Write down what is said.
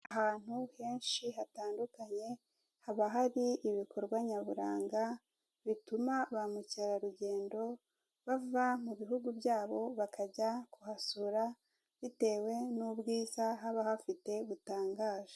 Ahantu henshi hatandukanye haba hari ibikorwa nyaburanga bituma ba mukerarugendo bava mu bihugu byabo bakajya kuhasura bitewe n'ubwiza haba hafite butangaje.